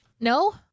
No